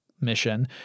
mission